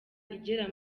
igera